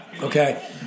Okay